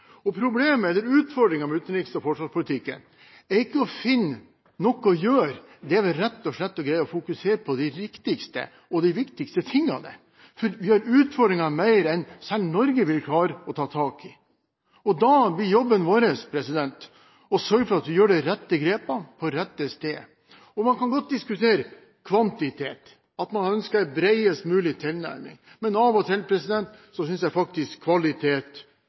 alle. Problemet eller utfordringen med utenriks- og forsvarspolitikken er ikke å finne noe å gjøre – det er vel heller rett og slett å greie å fokusere på de riktigste og viktigste sakene. Vi har utfordringer mer enn selv Norge vil klare å ta tak i. Da blir jobben vår å sørge for at vi tar de rette grepene på de rette stedene. Man kan godt diskutere kvantitet – at man ønsker en bredest mulig tilnærming, men av og til synes jeg faktisk kvalitet